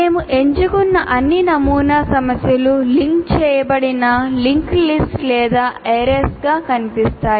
మేము ఎంచుకున్న అన్ని నమూనా సమస్యలు లింక్ చేయబడిన linked lists లేదా arrays గా కనిపిస్తాయి